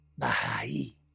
Bahai